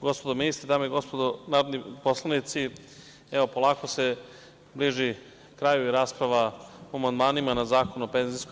Gospodo ministri, dame i gospodo narodni poslanici, evo polako se bliži kraju rasprava o amandmanima na Zakon o PIO.